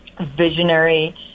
visionary